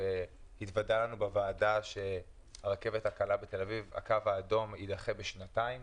התוודע לנו בוועדה שהקו האדום של הרכבת הקלה בתל-אביב יידחה בשנתיים.